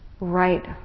right